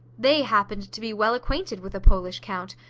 they happened to be well acquainted with a polish count,